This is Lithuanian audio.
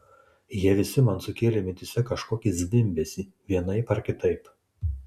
jie visi man sukėlė mintyse kažkokį zvimbesį vienaip ar kitaip